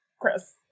Chris